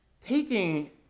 Taking